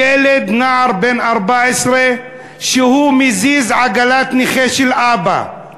ילד, נער, בן 14 שהזיז עגלת נכה של אבא.